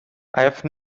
have